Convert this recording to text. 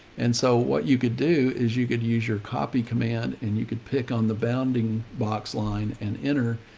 and so what you could do is you could use your copy command and you could pick on the bounding box line and enter,